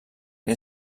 que